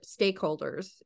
stakeholders